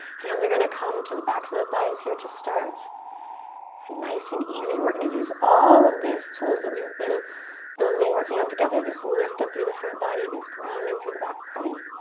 hands are gonna come to the backs of the thighs here to start. and nice and easy we're gonna use all of these tools that we've been building working on together. this lift up through the front body, this grounding through the back body.